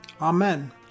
Amen